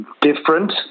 Different